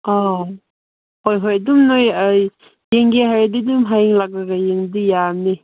ꯑꯥ ꯍꯣꯏ ꯍꯣꯏ ꯑꯗꯨꯝ ꯅꯣꯏ ꯌꯦꯡꯒꯦ ꯍꯥꯏꯔꯗꯤ ꯑꯗꯨꯝ ꯍꯌꯦꯡ ꯂꯥꯛꯂꯒ ꯌꯦꯡꯕꯗꯤ ꯌꯥꯅꯤ